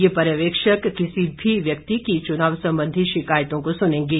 ये पर्यवेक्षक किसी भी व्यक्ति की चुनाव संबंधी शिकायतों को सुनेंगे